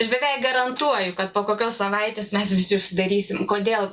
aš beveik garantuoju kad po kokios savaitės mes visi užsidarysim kodėl